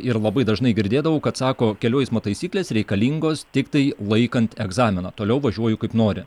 ir labai dažnai girdėdavau kad sako kelių eismo taisyklės reikalingos tiktai laikant egzaminą toliau važiuoju kaip nori